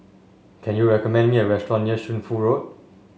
can you recommend me a restaurant near Shunfu Road